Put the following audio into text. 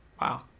Wow